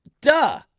Duh